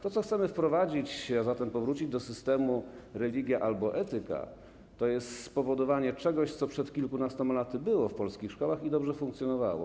To, co chcemy wprowadzić, a zatem powrócić do systemu religia albo etyka, to jest spowodowanie czegoś, co przed kilkunastoma laty było w polskich szkołach i dobrze funkcjonowało.